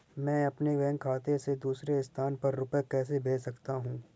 मैं अपने बैंक खाते से दूसरे स्थान पर रुपए कैसे भेज सकता हूँ?